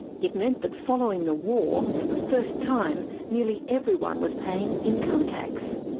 it meant that following the war, for the first time nearly everyone was paying income tax.